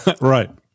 Right